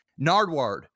Nardward